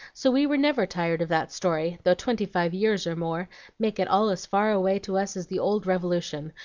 so we were never tired of that story, though twenty-five years or more make it all as far away to us as the old revolution,